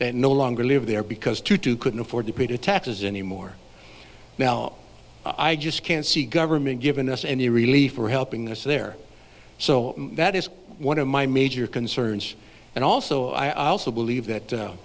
that no longer live there because to do couldn't afford to pay the taxes anymore now i just can't see government given us any relief for helping us there so that is one of my major concerns and also i also believe that